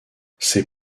ces